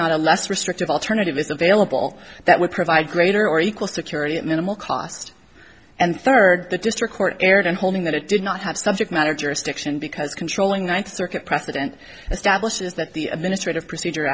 not a less restrictive alternative is available that would provide greater or equal security at minimal cost and third the district court erred in holding that it did not have subject matter jurisdiction because controlling ninth circuit precedent establishes that the administrative procedure